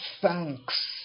thanks